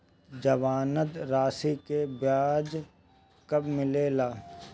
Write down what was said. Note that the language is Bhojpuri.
जमानद राशी के ब्याज कब मिले ला?